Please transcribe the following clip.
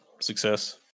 success